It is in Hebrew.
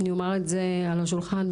אני אומר את זה על השולחן,